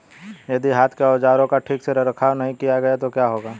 यदि हाथ के औजारों का ठीक से रखरखाव नहीं किया गया तो क्या होगा?